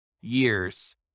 years